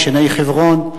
ישני חברון,